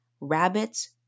rabbits